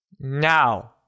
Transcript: Now